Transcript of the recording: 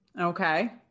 Okay